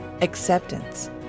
acceptance